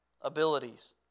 abilities